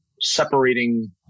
separating